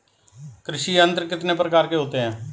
कृषि यंत्र कितने प्रकार के होते हैं?